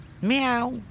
Meow